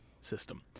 system